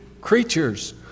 creatures